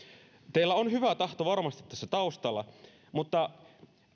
teillä on hyvä tahto varmasti tässä taustalla mutta